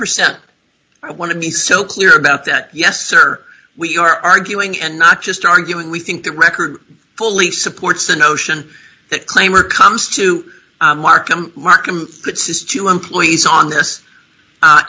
percent i want to be so clear about that yes sir we are arguing and not just arguing we think the record fully supports the notion that claim or comes to markham that says to employees on this